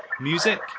Music